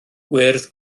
gwyrdd